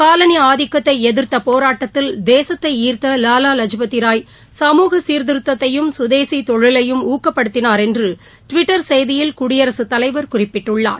colony ஆதிக்கத்தை எதிர்த்த போராட்டத்தில் தேசத்தை ஈர்த்த வாவா லஜபதி ராய் சமூக சீர்திருத்தத்தையும் சுதேசி தொழிலையும் ஊக்கப்படுத்தினார் என்று டுவிட்டர் செய்தியில் குடியரசுத் தலைவர் குறிப்பிட்டுள்ளார்